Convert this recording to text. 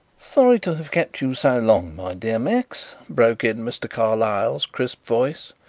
sorry to have kept you so long, my dear max, broke in mr. carlyle's crisp voice.